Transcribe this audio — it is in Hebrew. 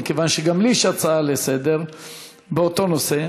מכיוון שגם לי יש הצעה לסדר-היום באותו נושא,